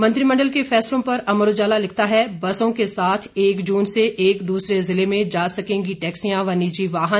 मंत्रिमंडल के फैसलों पर अमर उजाला लिखता है बसों के साथ एक जून से एक दूसरे जिले में जा सकेंगी टैक्सियां व निजी वाहन